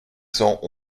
cent